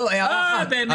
הערה אחת.